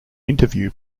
interview